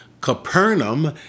Capernaum